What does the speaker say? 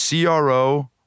CRO